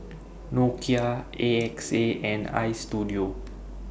Nokia A X A and Istudio